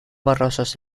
borrosos